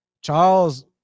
Charles